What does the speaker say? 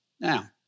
Now